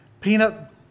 peanut